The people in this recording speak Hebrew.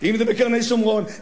אם בקרני-שומרון,